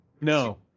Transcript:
No